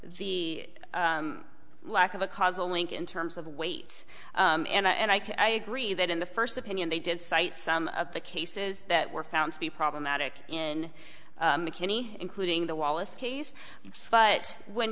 the lack of a causal link in terms of weight and i gree that in the first opinion they did cite some of the cases that were found to be problematic in mckinney including the wallace case but when